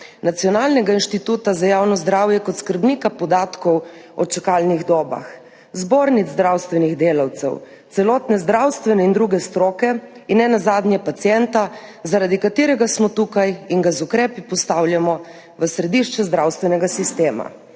Nacionalnega inštituta za javno zdravje kot skrbnika podatkov o čakalnih dobah, zbornic zdravstvenih delavcev, celotne zdravstvene in druge stroke in nenazadnje pacienta, zaradi katerega smo tukaj in ga z ukrepi postavljamo v središče zdravstvenega sistema.